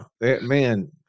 Man